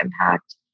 impact